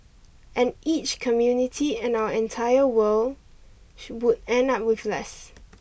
and each community and our entire world would end up with less